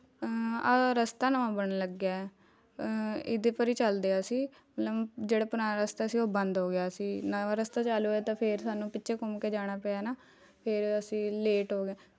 ਆਹ ਰਸਤਾ ਨਵਾਂ ਬਣਨ ਲੱਗਿਆ ਇਹਦੇ ਪਰ ਹੀ ਚਲਦੇ ਅਸੀਂ ਮਤਲਬ ਜਿਹੜਾ ਪੁਰਾਣਾ ਰਸਤਾ ਸੀ ਉਹ ਬੰਦ ਹੋ ਗਿਆ ਸੀ ਨਵਾਂ ਰਸਤਾ ਚਾਲੂ ਹੋਇਆ ਤਾਂ ਫਿਰ ਸਾਨੂੰ ਪਿੱਛੇ ਘੁੰਮ ਕੇ ਜਾਣਾ ਪਿਆ ਨਾ ਫਿਰ ਅਸੀਂ ਲੇਟ ਹੋ ਗਏ